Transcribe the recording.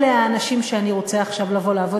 אלה האנשים שאני רוצה עכשיו לבוא לעבוד